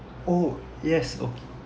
oh yes okay